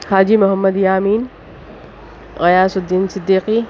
Haji Mohammad Yamin Ghiyasuddin Siddiqui